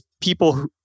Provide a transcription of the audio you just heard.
people